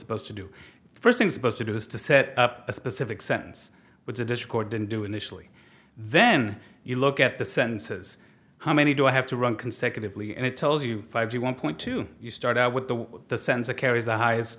supposed to do first thing supposed to do is to set up a specific sentence which the dischord didn't do initially then you look at the sentences how many do i have to run consecutively and it tells you five to one point two you start out with the the sense of care is the highest